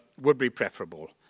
would be preferable.